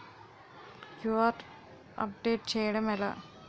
QR update చేయడం ఎలా?